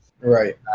Right